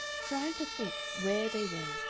trying to think where they were,